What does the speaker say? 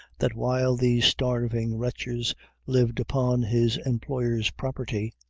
that while these starving wretches lived upon his employer's property,